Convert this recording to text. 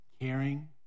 caring